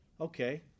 Okay